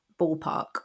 ballpark